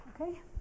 Okay